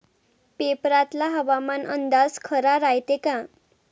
पेपरातला हवामान अंदाज खरा रायते का?